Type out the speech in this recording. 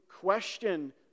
question